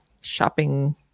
shopping